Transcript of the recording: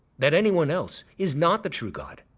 that anyone else is not the true god.